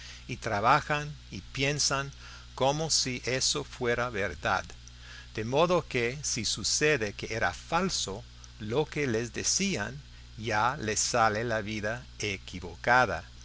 y trabajan y piensan como si eso fuera verdad de modo que si sucede que era falso lo que les decían ya les sale la vida equivocada